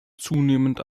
zunehmend